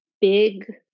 big